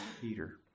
Peter